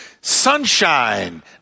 sunshine